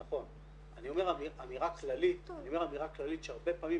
נכון, אני אומר אמירה כללית שהרבה פעמים